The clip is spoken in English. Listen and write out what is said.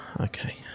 okay